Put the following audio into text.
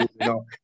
no